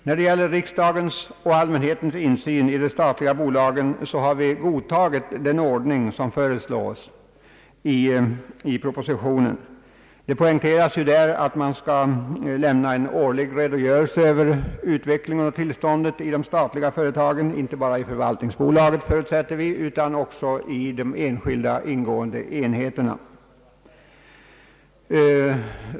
Vad gäller riksdagens och allmänhetens insyn i de statliga bolagen har vi godtagit den ordning som föreslås i propositionen. Det poängteras där att man skall lämna en årlig redogörelse över utvecklingen och arbetet i de statliga företagen. Vi förutsätter att detta inte gäller bara förvaltningsbolaget utan också de enskilda däri ingående enheterna.